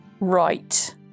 right